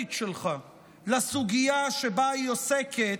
והאותנטית שלך לסוגיה שבה היא עוסקת,